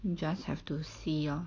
just have to see lor